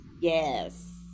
Yes